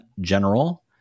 general